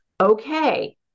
Okay